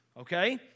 Okay